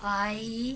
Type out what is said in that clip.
I